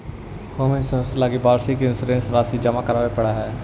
home insurance लगी वार्षिक insurance राशि जमा करावे पड़ऽ हइ